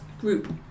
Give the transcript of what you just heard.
group